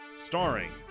starring